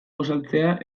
gosaltzea